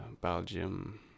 Belgium